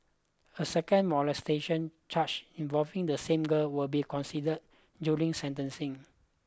a second molestation charge involving the same girl will be considered during sentencing